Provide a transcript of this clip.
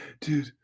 Dude